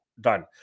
done